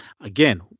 Again